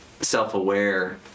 self-aware